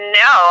no